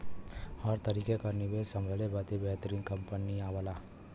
हर तरीके क निवेस संभले बदे बेहतरीन कंपनी आवला